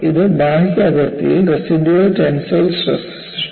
ഇത് ബാഹ്യ അതിർത്തിയിൽ റസിഡ്യൂവൽ ടെൻസൈൽ സ്ട്രെസ് സൃഷ്ടിക്കും